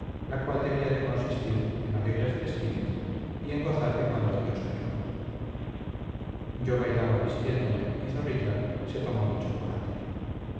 la cual debía de consistir en alegres festines y en gozar de cuanto dios crió yo bailaba vistiéndome y zorrilla se tomó mi chocolate